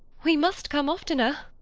we must come oftener.